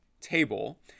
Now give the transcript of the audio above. table